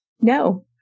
No